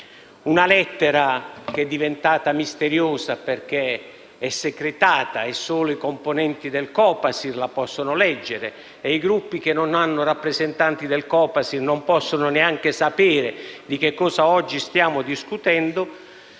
una lettera che è diventata misteriosa perché è segretata e solo i componenti del Copasir l'hanno potuta leggere. I Gruppi che non hanno rappresentanti al Copasir non possono neanche sapere di che cosa oggi stiamo discutendo.